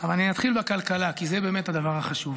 אבל אני אתחיל בכלכלה, כי זה באמת הדבר החשוב.